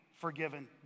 forgiven